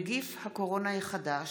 (נגיף הקורונה החדש)